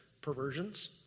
perversions